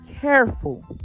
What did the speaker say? careful